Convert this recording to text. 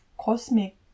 cosmic